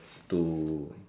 to